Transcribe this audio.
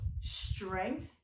strength